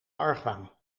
argwaan